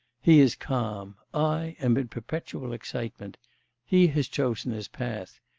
he is calm, i am in perpetual excitement he has chosen his path,